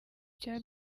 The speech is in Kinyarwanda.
cya